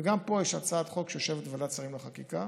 וגם פה יש הצעת חוק שיושבת בוועדת השרים לחקיקה